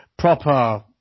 Proper